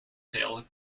tale